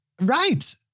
Right